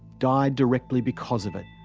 died directly because of it.